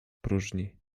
próżni